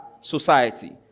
society